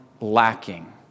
lacking